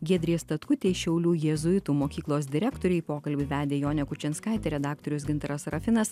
giedrei statkutei šiaulių jėzuitų mokyklos direktorei pokalbį vedė jonė kučinskaitė redaktorius gintaras serafinas